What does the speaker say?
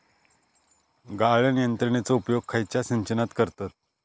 गाळण यंत्रनेचो उपयोग खयच्या सिंचनात करतत?